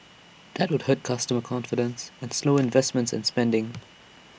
that would hurt consumer confidence and slow investments and spending